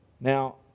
Now